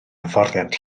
hyfforddiant